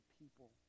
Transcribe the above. people